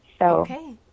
Okay